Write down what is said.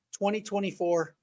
2024